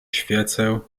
świecę